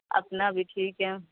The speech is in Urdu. اپنا بھی ٹھیک ہے